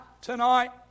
tonight